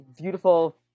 beautiful